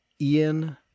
Ian